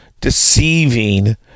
deceiving